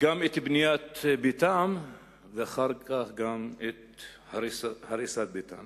גם את בניית ביתם ואחר כך גם את הריסת ביתם.